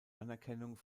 anerkennung